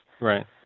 Right